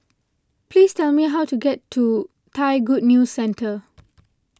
please tell me how to get to Thai Good News Centre